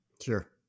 Sure